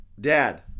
Dad